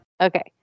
Okay